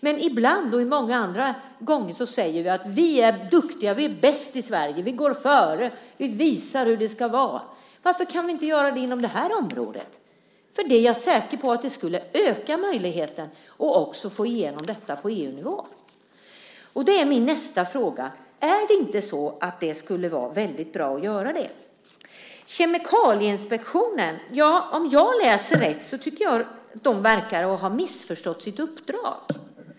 Men ibland säger vi att vi är bäst i Sverige. Vi går före. Vi visar hur det ska vara. Varför kan vi inte göra det på det här området? Jag är säker på att det skulle öka möjligheten att få igenom detta på EU-nivå. Skulle det inte vara bra att göra det? Kemikalieinspektionen verkar ha missförstått sitt uppdrag.